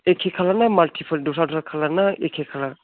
एखे कालार ना माल्टिपोल दस्रा दस्रा कालार ना एखे कालार